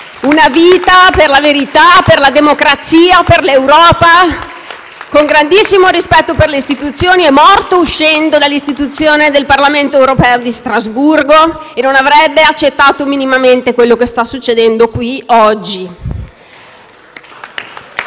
una vita per la verità, per la democrazia e per l'Europa, con grandissimo rispetto per le istituzioni, è morto uscendo dall'istituzione del Parlamento europeo di Strasburgo e non avrebbe accettato minimamente quello che sta succedendo qui, oggi.